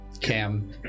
cam